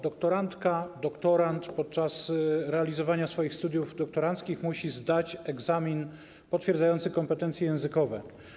Doktorantka, doktorant podczas realizowania swoich studiów doktoranckich musi zdać egzamin potwierdzający kompetencje językowe.